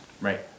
Right